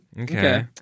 Okay